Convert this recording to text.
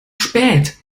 spät